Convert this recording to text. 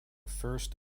first